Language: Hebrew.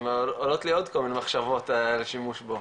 עולות לי עוד כל מיני מחשבות על השימוש בו.